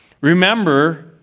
Remember